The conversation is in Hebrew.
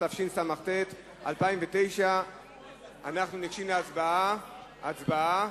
התשס"ט 2009. הצבעה.